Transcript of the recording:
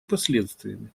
последствиями